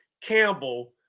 Campbell